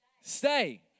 stay